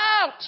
out